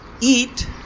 eat